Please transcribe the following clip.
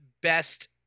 best